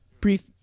brief